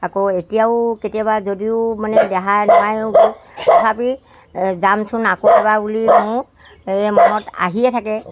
আকৌ এতিয়াও কেতিয়াবা যদিও মানে দেহাই নোৱাৰেও তথাপি যামচোন আকৌ এবাৰ বুলি মোৰ এই মনত আহিয়ে থাকে